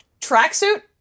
tracksuit